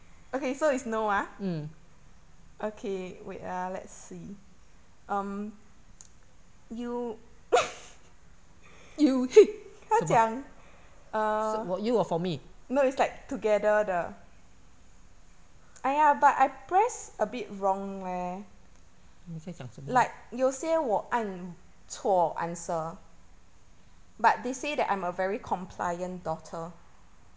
mm 是 me shi for you or for me 你在讲什么